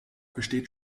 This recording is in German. besteht